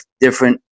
different